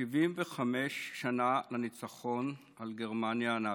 75 שנה לניצחון על גרמניה הנאצית.